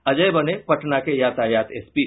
अजय बने पटना के यातायात एसपी